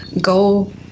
go